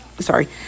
Sorry